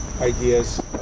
Ideas